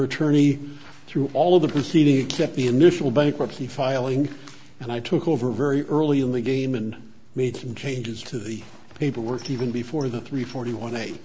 her tourney through all of the proceeding except the initial bankruptcy filing and i took over very early in the game and made some changes to the paperwork even before that three forty one